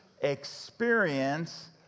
experience